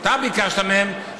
או אתה ביקשת מהם,